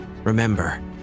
Remember